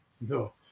No